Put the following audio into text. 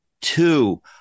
two